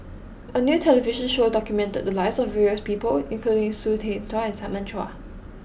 a new television show documented the lives of various people including Hsu Tse Kwang and Simon Chua